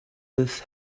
this